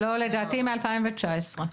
לדעתי מ-2019.